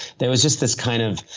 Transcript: it was just this kind of,